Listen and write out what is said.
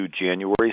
January